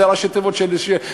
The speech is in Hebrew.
אלה ראשי התיבות של שמו.